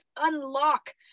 unlock